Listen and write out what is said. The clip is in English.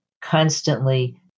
Constantly